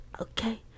okay